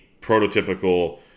prototypical